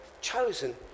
chosen